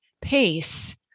pace